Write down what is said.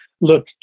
look